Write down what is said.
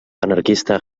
anarquista